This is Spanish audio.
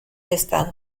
estado